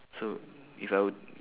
so if I would